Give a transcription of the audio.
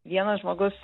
vienas žmogus